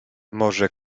może